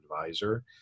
advisor